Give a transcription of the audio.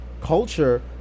culture